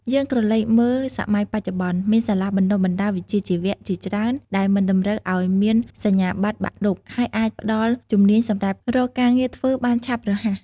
យើងក្រឡេកមើលសម័យបច្ចុប្បន្ន មានសាលាបណ្តុះបណ្តាលវិជ្ជាជីវៈជាច្រើនដែលមិនតម្រូវឲ្យមានសញ្ញាបត្របាក់ឌុប ហើយអាចផ្តល់ជំនាញសម្រាប់រកការងារធ្វើបានឆាប់រហ័ស។